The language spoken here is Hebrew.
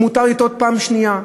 ומותר לטעות פעם שנייה,